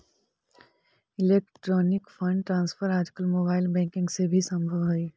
electronic fund transfer आजकल mobile banking से भी संभव हइ